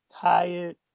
tired